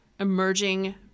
emerging